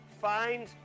find